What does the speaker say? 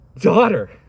daughter